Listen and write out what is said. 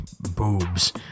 boobs